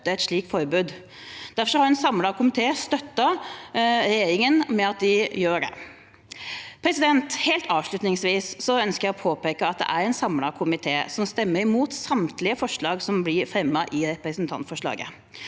et slikt forbud. Derfor har en samlet komité støttet regjeringen i å gjøre det. Helt avslutningsvis ønsker jeg å påpeke at det er en samlet komité som stemmer imot samtlige forslag som blir fremmet i representantforslaget.